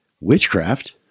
witchcraft